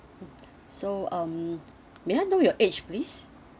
mmhmm so um may I know your age please